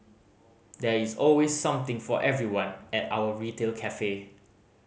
there is always something for everyone at our retail cafe